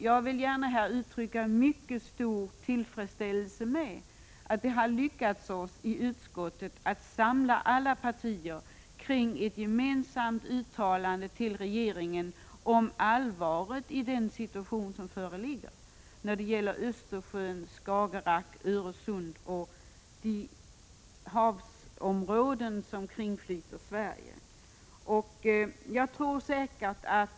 Jag vill gärna uttrycka en mycket stor tillfredsställelse över att vi i utskottet har lyckats samla alla partier kring ett gemensamt uttalande till regeringen om allvaret i den situation som föreligger när det gäller Östersjön, Skagerrak, Öresund och de havsområden som kringflyter Sverige.